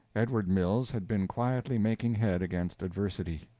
edward mills had been quietly making head against adversity.